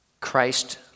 Christ